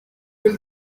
will